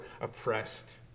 oppressed